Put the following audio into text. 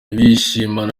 bishimana